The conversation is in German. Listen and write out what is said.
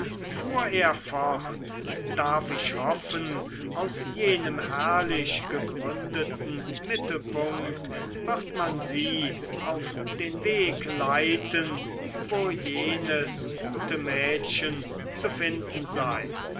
fuhr er fort darf ich hoffen aus jenem herrlich gegründeten mittelpunkt wird man sie auf den weg leiten wo jenes gute mädchen zu finden ist